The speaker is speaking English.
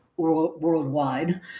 worldwide